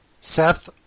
Seth